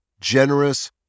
generous